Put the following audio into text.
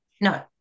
no